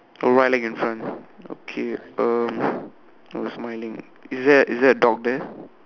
oh right leg in front okay um oh smiling is there is there a dog there